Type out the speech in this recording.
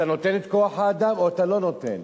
אתה נותן את כוח-האדם או שאתה לא נותן?